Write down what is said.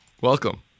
Welcome